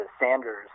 Sanders